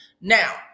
Now